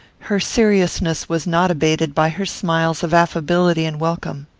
her seriousness was not abated by her smiles of affability and welcome.